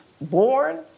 born